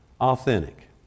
authentic